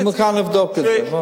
אני מוכן לבדוק את זה.